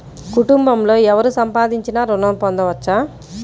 కుటుంబంలో ఎవరు సంపాదించినా ఋణం పొందవచ్చా?